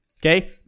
okay